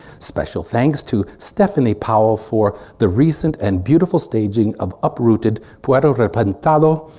special thanks to stephanie powell for the recent and beautiful staging of uprooted pero replantado.